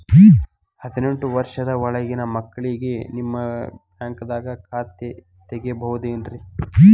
ಹದಿನೆಂಟು ವರ್ಷದ ಒಳಗಿನ ಮಕ್ಳಿಗೆ ನಿಮ್ಮ ಬ್ಯಾಂಕ್ದಾಗ ಖಾತೆ ತೆಗಿಬಹುದೆನ್ರಿ?